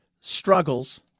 struggles